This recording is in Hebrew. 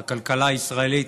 הכלכלה הישראלית